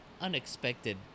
unexpected